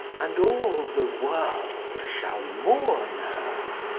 and all the world shall mourne her